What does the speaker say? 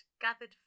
gathered